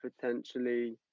potentially